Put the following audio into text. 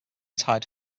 tide